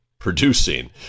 producing